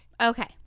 okay